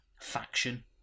faction